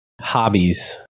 hobbies